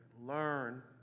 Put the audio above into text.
learn